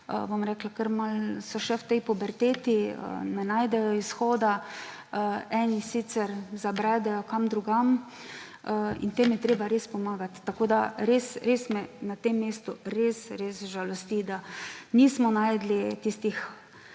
še v tej puberteti, ne najdejo izhoda, eni sicer zabredejo kam drugam, in tem je treba res pomagat. Tako da me na tem mestu res res res žalosti, da nismo našli tistih